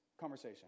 Conversation